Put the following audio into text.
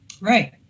Right